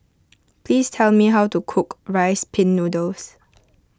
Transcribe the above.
please tell me how to cook Rice Pin Noodles